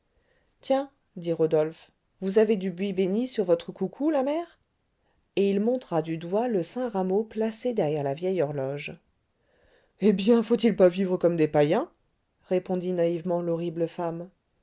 tiens dit rodolphe vous avez du buis bénit sur votre coucou la mère et il montra du doigt le saint rameau placé derrière la vielle horloge eh bien faut-il pas vivre comme des païens répondit naïvement l'horrible femme